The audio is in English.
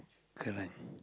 correct